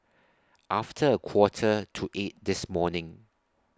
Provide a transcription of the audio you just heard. after A Quarter to eight This morning